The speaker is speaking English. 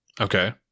Okay